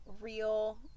real